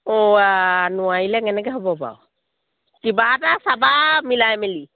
ওৱা নোৱাৰিলে কেনেকৈ হ'ব বাৰু কিবা এটা চাবা মিলাই মেলি